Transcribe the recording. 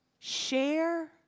Share